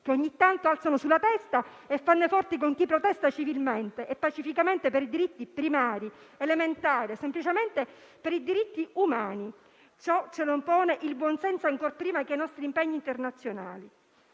che ogni tanto alzano sù la testa e fanno i forti con chi protesta civilmente e pacificamente per i diritti primari, elementari, semplicemente per i diritti umani. Ce lo impone il buon senso, ancor prima che i nostri impegni internazionali.